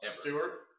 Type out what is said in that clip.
Stewart